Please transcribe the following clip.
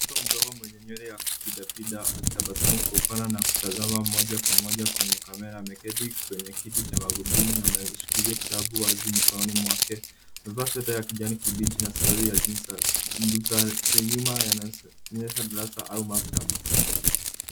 Mtoto mdogo mwenye nywele ya kupida pinda akitabasamu kwa upana na kutazama moja kwa moja kwenye kamera. Ameketi kwenye kiti cha wahidumu na ameshikilia kitabu wazi mikononi mwake. Amevaa sweta ya kijani kibichi na suruali ya jinzi. Nyuma yanaonyesha darasa au maktaba.